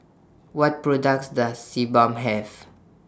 What products Does Sebamed Have